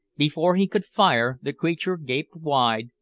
before he could fire, the creature gaped wide,